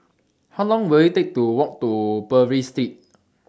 How Long Will IT Take to Walk to Purvis Street